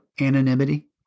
anonymity